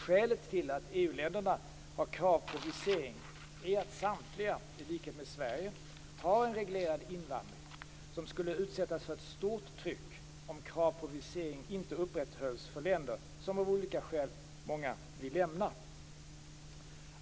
Skälet till att EU-länderna har krav på visering är att samtliga, i likhet med Sverige, har en reglerad invandring som skulle utsättas för ett stort tryck om krav på visering inte upprätthölls för länder som, av olika skäl, många vill lämna.